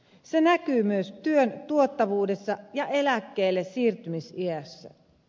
se näkyy myös työn tuottavuudessa ja eläkkeellesiirtymisiässä